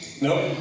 Nope